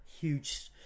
huge